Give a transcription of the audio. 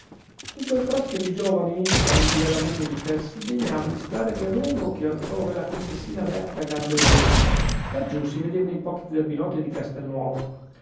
in quel crocchio di giovani amanti della musica si degnava di stare più a lungo che altrove la contessina berta gamberini laggiù si vedevano i pochi zerbinotti di castelnuovo